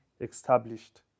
established